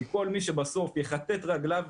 כי כל מי שבסוף יכתת רגליו,